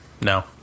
No